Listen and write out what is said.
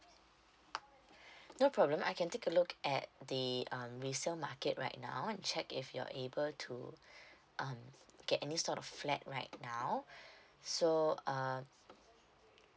no problem I can take a look at the um resale market right now and check if you are able to um get any sort of flat right now so um